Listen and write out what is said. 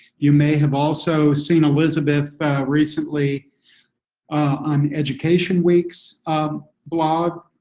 you may have also seen elizabeth recently on education week's um blog.